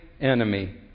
enemy